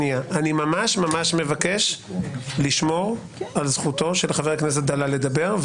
אני ממש ממש מבקש לשמור על זכותו של חבר הכנסת דלל לדבר,